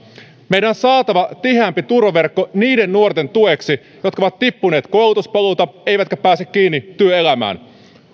meidän on saatava tiheämpi turvaverkko niiden nuorten tueksi jotka ovat tippuneet koulutuspolulta eivätkä pääse kiinni työelämään myös